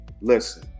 Listen